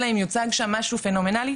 אלא אם יוצג שם משהו פנומנלי,